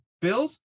Bills